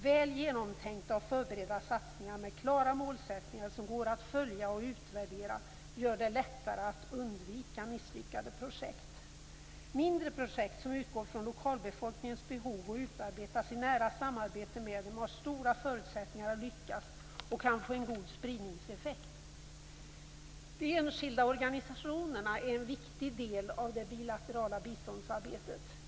Väl genomtänkta och förberedda satsningar med klara målsättningar som går att följa och utvärdera gör det lättare att undvika misslyckade projekt. Mindre projekt som utgår från lokalbefolkningens behov och utarbetas i nära samarbete med dem har stora förutsättningar att lyckas och kan få en god spridningseffekt. De enskilda organisationerna är en viktig del av det bilaterala biståndsarbetet.